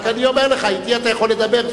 רק אומר לך, אתי אתה יכול לדבר.